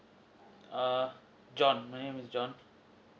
err john my name is john